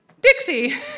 Dixie